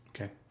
Okay